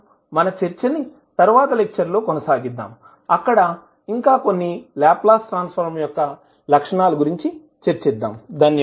మనం మన చర్చని తరువాత లెక్చర్ లో కొనసాగిద్దాం అక్కడ ఇంకా కొన్ని లాప్లాస్ ట్రాన్సఫర్మ్ యొక్క లక్షణాలు గురుంచి చర్చిద్దాం